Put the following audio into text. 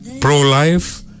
pro-life